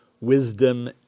wisdom